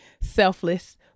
selfless